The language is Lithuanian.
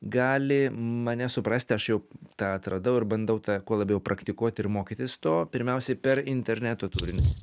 gali mane suprasti aš jau tą atradau ir bandau tą kuo labiau praktikuoti ir mokytis to pirmiausiai per interneto turinį